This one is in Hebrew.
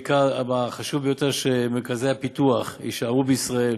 העיקר, החשוב ביותר, שמרכזי הפיתוח יישארו בישראל.